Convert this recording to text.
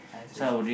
I see